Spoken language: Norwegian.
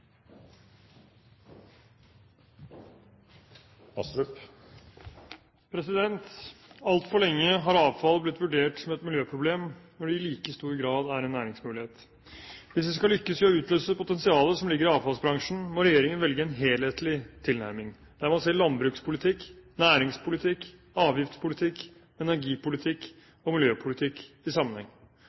en næringsmulighet. Hvis vi skal lykkes i å utløse potensialet som ligger i avfallsbransjen, må regjeringen velge en helhetlig tilnærming der man ser landbrukspolitikk, næringspolitikk, avgiftspolitikk, energipolitikk og miljøpolitikk i sammenheng.